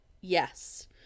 yes